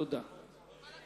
תודה.